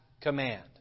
command